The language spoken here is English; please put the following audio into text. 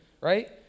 right